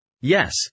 Yes